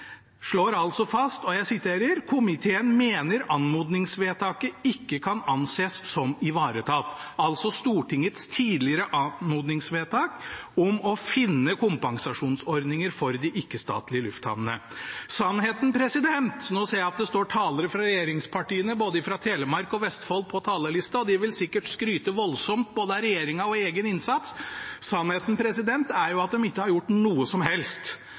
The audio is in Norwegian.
fast: «Komiteen mener anmodningsvedtaket ikke kan ansees som ivaretatt.» Det gjelder altså Stortingets tidligere anmodningsvedtak om å finne kompensasjonsordninger for de ikke-statlige lufthavnene. Nå ser jeg at det er representanter fra regjeringspartiene fra både Telemark og Vestfold på talerlista. De vil sikkert skryte voldsomt av både regjeringen og egen innsats. Sannheten er at de ikke har gjort noe som helst.